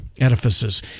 edifices